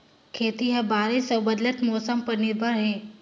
खेती ह बारिश अऊ बदलत मौसम पर निर्भर हे